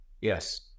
Yes